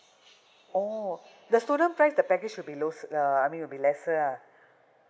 orh the student price the package will be those the I mean will be lesser ah